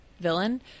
villain